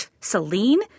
Celine